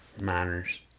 miners